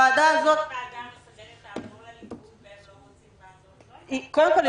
אם הוועדה המסדרת תעבור לליכוד והם לא ירצו לעשות --- קודם כל,